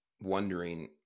wondering